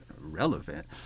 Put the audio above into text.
relevant